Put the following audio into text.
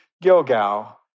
Gilgal